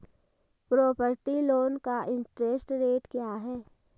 Property loan का interest rate क्या है?